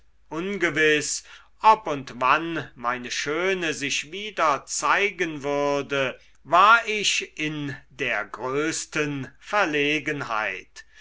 ungewiß ob und wann meine schöne sich wie der zeigen würde war ich in der größten verlegenheit